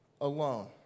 alone